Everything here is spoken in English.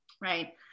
Right